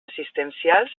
assistencials